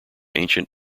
ancient